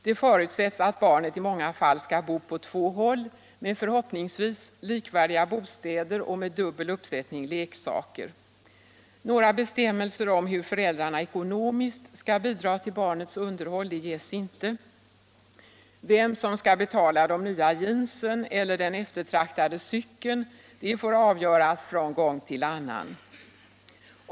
Det förutsätts att barnet i många fall skall bo på två håll med förhoppningsvis likvärdiga bostäder och med dubbel uppsättning leksaker. Några bestämmelser om hur föräldrarna ekonomiskt skall bidra till barnets underhåll ges inte. Vem som skall betala de nya jeansen eller den eftertraktade cykeln får avgöras från gång till annan.